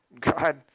God